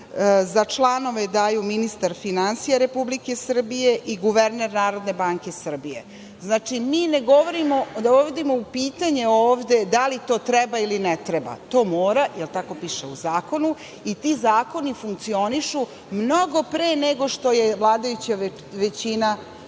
za članove daju ministar finansija Republike Srbije i guverner Narodne banke Srbije. Znači, mi ne dovodimo u pitanje ovde da li to treba ili ne treba. To mora, jer tako piše u zakonu i ti zakoni funkcionišu mnogo pre nego što je vladajuća većina